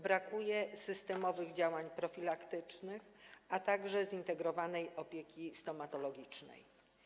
Brakuje systemowych działań profilaktycznych, a także zintegrowanej opieki stomatologicznej.